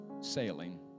sailing